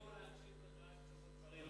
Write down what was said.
אנחנו נישאר פה להקשיב לך עד סוף הדברים,